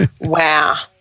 Wow